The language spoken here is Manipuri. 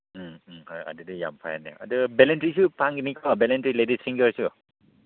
ꯎꯝ ꯎꯝ ꯍꯣꯏ ꯑꯗꯨꯗꯤ ꯌꯥꯝ ꯐꯔꯦꯅꯦ ꯑꯗꯨ ꯕꯦꯂꯦꯟꯗ꯭ꯔꯤꯁꯨ ꯐꯪꯒꯅꯤꯀꯣ ꯕꯦꯂꯦꯟꯗ꯭ꯔꯤ ꯂꯦꯗꯤꯁ ꯐꯤꯡꯒꯔꯁꯨ